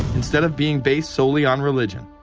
instead of being based solely on religion.